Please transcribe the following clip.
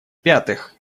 пятых